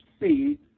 see